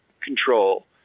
control